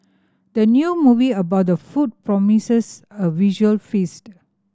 the new movie about the food promises a visual feast